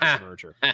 merger